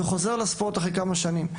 וחוזרים לספורט לאחר כמה שנים.